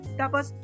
tapos